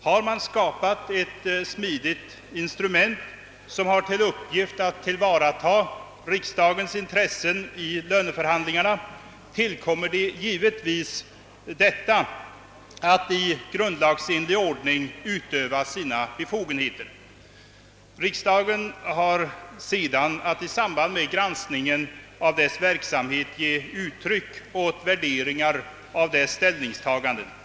Har man skapat ett smidigt instrument som har till uppgift att tillvarata riksdagens intressen i löneförhandlingarna, tillkommer det givetvis detta att i grundlagsenlig ordning utöva sina befogenheter. Riksdagen har sedan att i samband med granskningen av dess verksamhet ge uttryck åt värderingar av dess ställningstaganden.